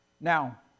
Now